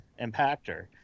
Impactor